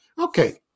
Okay